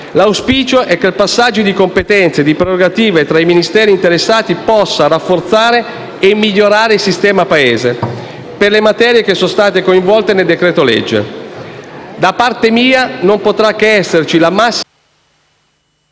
L'auspicio è che il passaggio di competenze e di prerogative tra i Ministeri interessati possa rafforzare e migliorare il sistema-Paese, per le materie che sono state coinvolte dal decreto-legge. Da parte mia, non potrà che esserci la massima